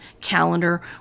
calendar